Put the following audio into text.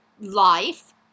life